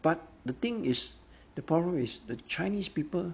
but the thing is the problem is the chinese people